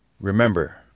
remember